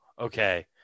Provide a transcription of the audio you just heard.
okay